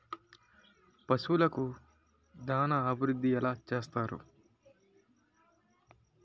పశువులకు దాన అభివృద్ధి ఎలా చేస్తారు?